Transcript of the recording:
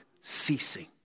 ceasing